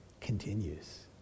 continues